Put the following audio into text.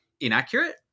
inaccurate